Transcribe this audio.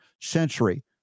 century